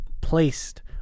placed